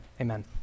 amen